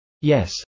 Yes